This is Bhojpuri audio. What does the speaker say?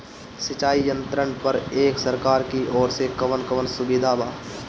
सिंचाई यंत्रन पर एक सरकार की ओर से कवन कवन सुविधा बा?